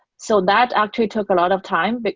so that actually took a lot of time, but